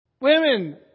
Women